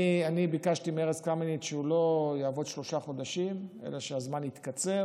אני ביקשתי מארז קמיניץ שהוא לא יעבוד שלושה חודשים אלא שהזמן יתקצר